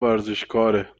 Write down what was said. ورزشکاره